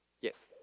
Yes